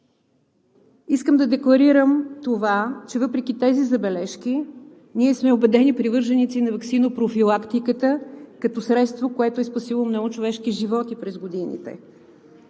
Искам да декларирам това, че въпреки тези забележки ние сме убедени привърженици на ваксинопрофилактиката като средство, което е спасило много човешки животи през годините.